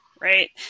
Right